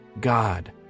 God